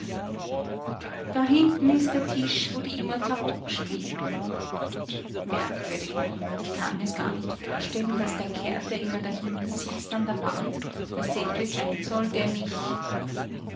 da hinten ist der tisch wo die immer tarock spielen merkwürdig ich kann mir's gar nicht vorstellen daß der kerl der immer da hinten sitzt an der wand derselbe sein soll der mich